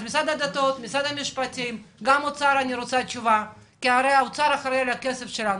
גם מהאוצר אני מבקשת תשובה כי האוצר אחראי על הכסף שלנו,